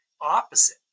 opposite